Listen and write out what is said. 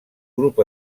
grup